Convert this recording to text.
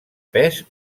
pes